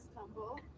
tumble